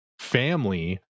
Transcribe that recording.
family